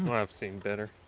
um i've seen better.